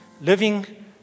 Living